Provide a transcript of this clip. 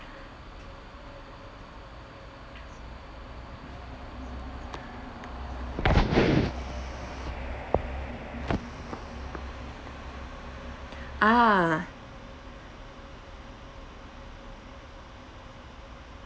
ah